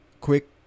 quick